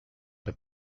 but